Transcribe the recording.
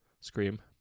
scream